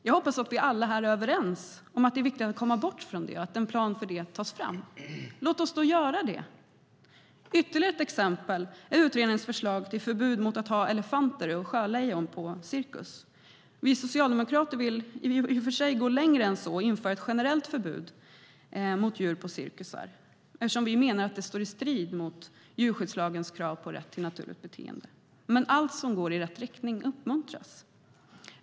Jag hoppas att vi alla här är överens om att det är viktigt att komma bort från det och att en plan för det tas fram. Låt oss då göra det. Ytterligare ett exempel är utredningens förslag på förbud att ha elefanter och sjölejon på cirkus. Vi socialdemokrater vill i och för sig gå längre än så och införa ett generellt förbud mot djur på cirkusar eftersom vi menar att det står i strid med djurskyddslagens krav på rätt till naturligt beteende, men allt som går i rätt riktning uppmuntras.